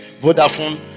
vodafone